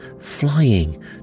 flying